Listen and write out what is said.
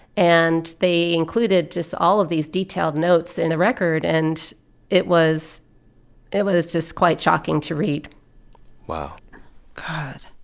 and they included just all of these detailed notes in the record. and it was it was just quite shocking to read wow god